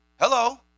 Hello